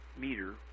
meter